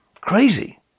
Crazy